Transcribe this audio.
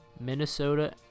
Minnesota